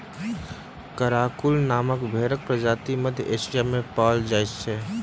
Karakul नामक भेंड़क प्रजाति मध्य एशिया मे पाओल जाइत छै